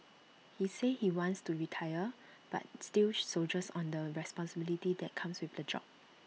he says he wants to retire but still soldiers on the responsibility that comes with the job